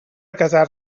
casar